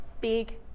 big